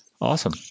Awesome